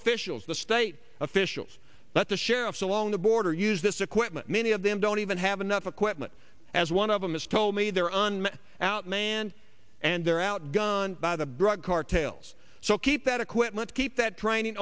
officials the state officials that the sheriff's along the border use this equipment many of them don't even have enough equipment as one of them is told me they're on outmanned and they're outgunned by the drug cartels so keep that equipment keep that training